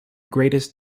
greatest